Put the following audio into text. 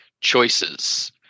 choices